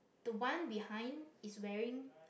the one behind is wearing